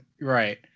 Right